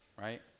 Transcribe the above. right